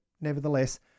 nevertheless